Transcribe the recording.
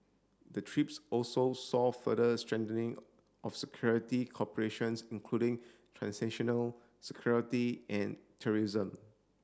the trips also saw further strengthening of security cooperations including transactional security and terrorism